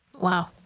Wow